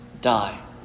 die